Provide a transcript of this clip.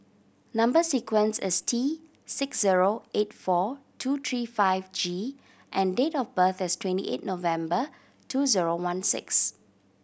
number sequence is T six zero eight four two three five G and date of birth is twenty eight November two zero one six